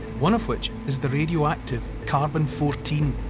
one of which is the radioactive carbon fourteen.